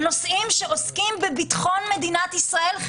נושאים שעוסקים בביטחון מדינת ישראל,